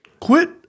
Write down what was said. Quit